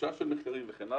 רכישה של מחקרים וכן הלאה.